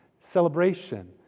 celebration